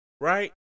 right